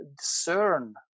discern